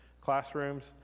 classrooms